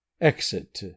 Exit